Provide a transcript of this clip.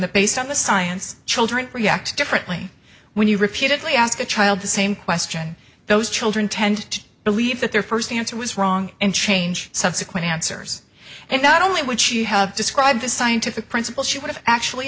that based on the science children react differently when you repeatedly ask a child the same question those children tend to believe that their first answer was wrong and change subsequent answers and not only what you have described as scientific principle she would have actually